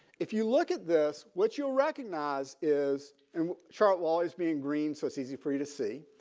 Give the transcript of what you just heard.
if you look at this what you'll recognize is and charlotte always being green so it's easy for you to see